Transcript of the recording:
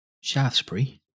Shaftesbury